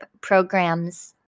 programs